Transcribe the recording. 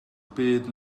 byd